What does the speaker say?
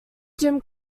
gym